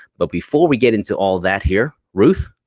but before we get into all that here, ruth,